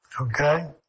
Okay